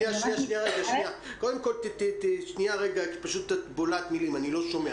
אני מבקש שתדברי לאט יותר כי את בולעת מילים וקשה לי לשמוע.